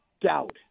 doubt